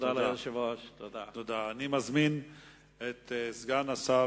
אני מזמין את סגן השר